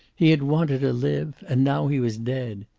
he had wanted to live and now he was dead.